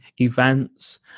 events